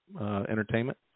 entertainment